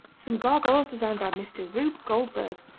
some gargoyles designed by mr. rube goldberg.